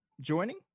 joining